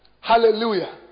Hallelujah